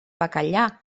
bacallà